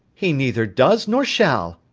he neither does nor shall.